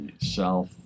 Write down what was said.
south